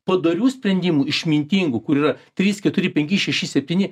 padorių sprendimų išmintingų kur yra trys keturi penki šeši septyni